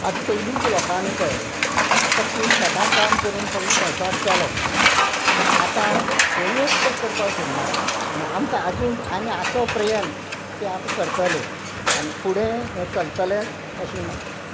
आतां पयलींच्या लोकांनी पळय फक्त हे शेतान काम करून सगळो संवसार केलो पूण आतां कोणूच तें करपाक सोदना आनी आमकां आजून आमी आसो पर्यंत तें आतां करतले आनी फुडें हें चलतलेंच अशें ना